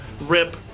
rip